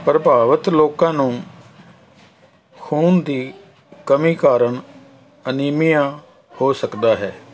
ਪ੍ਰਭਾਵਿਤ ਲੋਕਾਂ ਨੂੰ ਖੂਨ ਦੀ ਕਮੀ ਕਾਰਨ ਅਨੀਮੀਆ ਹੋ ਸਕਦਾ ਹੈ